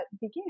began